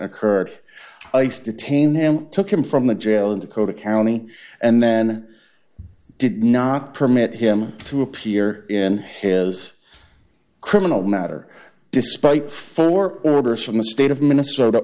occurred ice detained him took him from the jail and co to county and then did not permit him to appear in his criminal matter despite for us from the state of minnesota